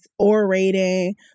orating